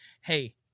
hey